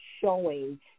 showing